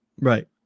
Right